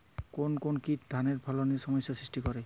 কোন কোন কীট ধানের ফলনে সমস্যা সৃষ্টি করে?